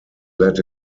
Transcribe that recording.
let